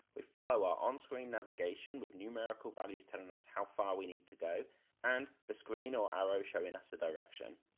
we follow our on screen navigation with numerical values telling us how far we need to go and the screen or the arrow showing us the direction.